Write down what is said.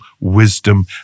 wisdom